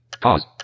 Pause